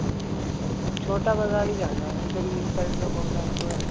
ہوں چھوٹا بازار ہی جانا ہے ادھر ہی سائڈ میں گھومنے تھوڑا